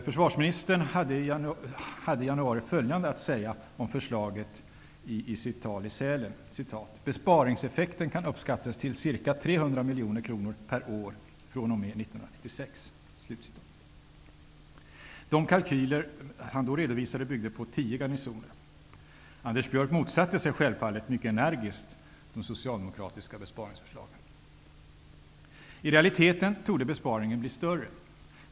Försvarsminister Anders Björck hade i januari följande att säga om förslaget i ett tal i Sälen: ''Besparingseffekten kan uppskattas till cirka 300 miljoner kronor per år fr.o.m. 1996.'' De kalkyler som han redovisade byggde då på 10 garnisoner. Anders Björck motsatte sig självfallet mycket energiskt de socialdemokratiska besparingsförslagen. I realiteten torde besparingen bli större.